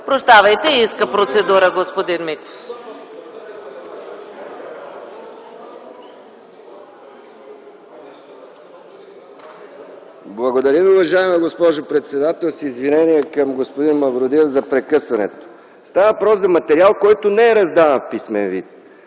Миков иска процедура. МИХАИЛ МИКОВ (КБ): Благодаря, уважаема госпожо председател. С извинение към господин Мавродиев за прекъсването. Става въпрос за материал, който не е раздаван в писмен вид.